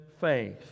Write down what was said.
faith